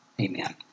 Amen